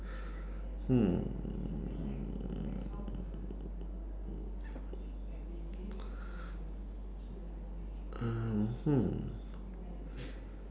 hmm mmhmm